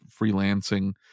freelancing